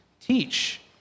teach